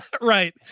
Right